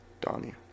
Donnie